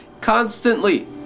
constantly